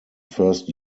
first